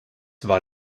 war